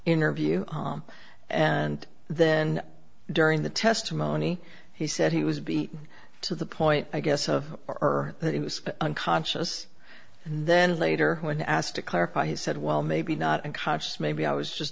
interview and then during the testimony he said he was beaten to the point i guess of or that it was unconscious and then later when asked to clarify he said well maybe not unconscious maybe i was just